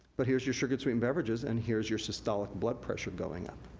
but here's your sugar sweetened beverages, and here's your systolic blood pressure going up.